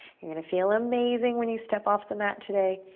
you're gonna feel amazing when you step off the mat today,